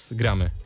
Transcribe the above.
gramy